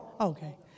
Okay